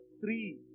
three